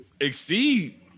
exceed